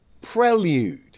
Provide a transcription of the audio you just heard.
Prelude